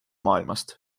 maailmast